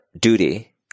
duty